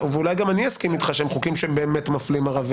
ואולי גם אני אסכים איתך שהם חוקים מפלים ערבים